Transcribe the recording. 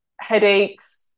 headaches